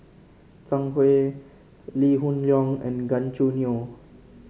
Zhang Hui Lee Hoon Leong and Gan Choo Neo